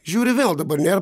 žiūri vėl dabar nėr